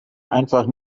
einfach